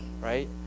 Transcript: Right